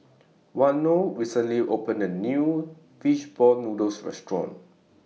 Waino recently opened A New Fish Ball Noodles Restaurant